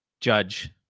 Judge